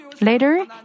Later